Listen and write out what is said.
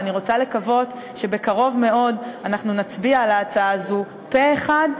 ואני רוצה לקוות שבקרוב מאוד אנחנו נצביע על ההצעה הזאת פה-אחד,